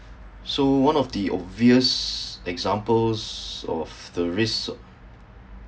so one of the obvious examples of the risk uh